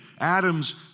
Adams